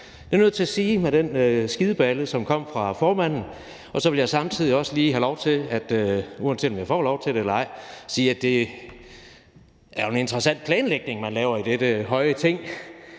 er jeg nødt til at sige med den skideballe, der kom fra formanden, og så vil jeg samtidig lige have lov til – uanset om jeg får lov til det eller ej – at sige, at det jo er en interessant planlægning, man laver i dette høje Ting: